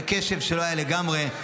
וקשב שלא היה לגמרי.